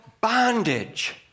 bondage